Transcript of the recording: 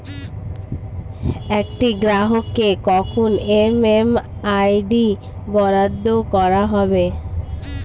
একটি গ্রাহককে কখন এম.এম.আই.ডি বরাদ্দ করা হবে?